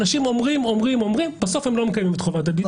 אנשים אומרים ואומרים אבל בסוף הם לא מקיימים את חובת הבידוד.